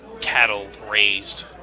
cattle-raised